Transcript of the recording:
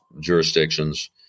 jurisdictions